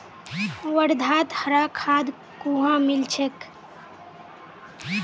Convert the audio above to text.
वर्धात हरा खाद कुहाँ मिल छेक